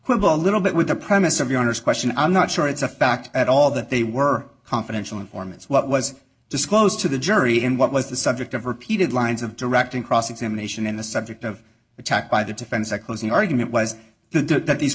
quibble a little bit with the premise of your honor's question i'm not sure it's a fact at all that they were confidential informants what was disclosed to the jury and what was the subject of repeated lines of directing cross examination and the subject of attack by the defense a closing argument was the that these